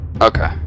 okay